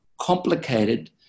complicated